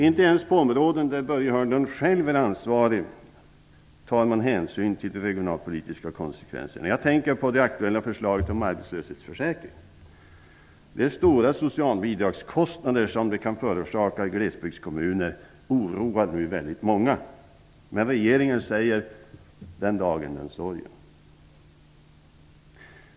Inte ens på områden där Börje Hörnlund själv är ansvarig tar man hänsyn till de regionalpolitiska konsekvenserna. Jag tänker på det aktuella förslaget om arbetslöshetsförsäkring. De stora socialbidragskostnader som det kan förorsaka i glesbygdskommuner oroar nu väldigt många, men regeringen säger: Den dagen, den sorgen.